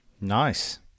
Nice